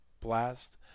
blast